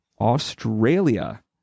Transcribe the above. australia